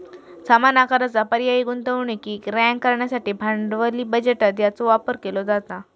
समान आकाराचा पर्यायी गुंतवणुकीक रँक करण्यासाठी भांडवली बजेटात याचो वापर केलो जाता